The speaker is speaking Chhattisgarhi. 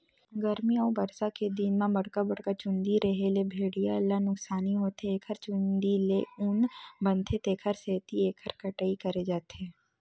गरमी अउ बरसा के दिन म बड़का बड़का चूंदी रेहे ले भेड़िया ल नुकसानी होथे एखर चूंदी ले ऊन बनथे तेखर सेती एखर कटई करे जाथे